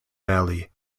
valley